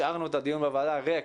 השארנו את זמן הדיון בוועדה ריק